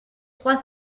trois